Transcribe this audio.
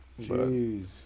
Jeez